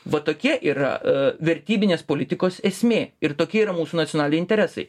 va tokie yra vertybinės politikos esmė ir tokie yra mūsų nacionaliniai interesai